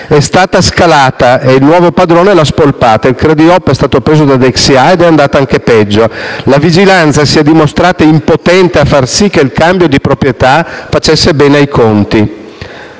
è stata scalata e il nuovo padrone l'ha spolpata. Il Crediop è stato preso da Dexia ed è andato anche peggio. La vigilanza si è dimostrata impotente a far sì che il cambio di proprietà facesse bene ai conti.